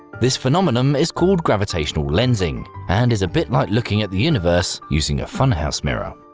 this phenomenon is called gravitational lensing and is a bit like looking at the universe using a funhouse mirror.